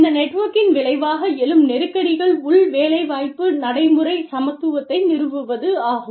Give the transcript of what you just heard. இந்த நெட்வொர்க்கின் விளைவாக எழும் நெருக்கடிகள் உள் வேலைவாய்ப்பு நடைமுறை சமத்துவத்தை நிறுவுவதாகும்